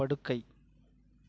படுக்கை